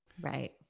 Right